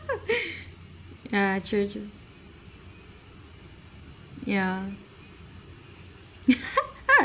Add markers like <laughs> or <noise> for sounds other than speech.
<breath> ya true true yeah <laughs>